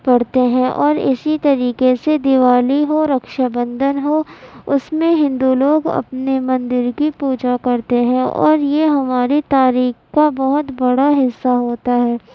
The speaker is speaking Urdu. پڑھتے ہیں اور اسی طریقہ سے دیوالی ہو رکشا بندھن ہو اس میں ہندو لوگ اپنے مندر کی پوجا کرتے ہیں اور یہ ہماری تاریخ کا بہت بڑا حصہ ہوتا ہے